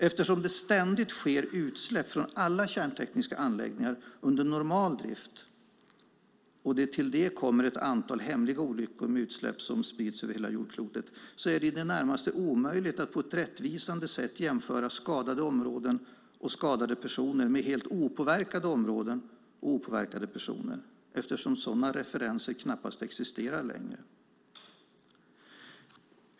Eftersom det ständigt sker utsläpp från alla kärntekniska anläggningar under normal drift och det till detta kommer ett antal hemliga olyckor med utsläpp som sprids över hela jordklotet är det i det närmaste omöjligt att på ett rättvisande sätt jämföra skadade områden och skadade personer med helt opåverkade områden och opåverkade personer, eftersom sådana referenser knappast existerar längre.